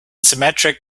symmetric